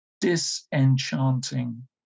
disenchanting